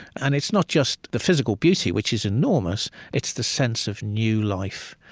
and it's not just the physical beauty, which is enormous it's the sense of new life,